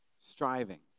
striving